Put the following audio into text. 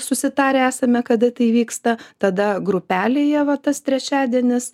susitarę esame kada tai įvyksta tada grupelėje va tas trečiadienis